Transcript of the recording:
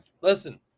Listen